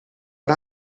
but